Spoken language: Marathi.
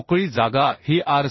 मोकळी जागा ही आर